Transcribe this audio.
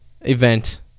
event